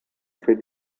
fet